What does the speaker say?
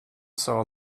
saw